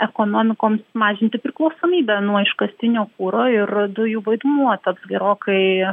ekonomikoms mažinti priklausomybę nuo iškastinio kuro ir dujų vaidmuo taps gerokai